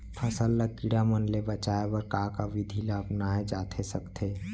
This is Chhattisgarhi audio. फसल ल कीड़ा मन ले बचाये बर का का विधि ल अपनाये जाथे सकथे?